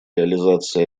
реализации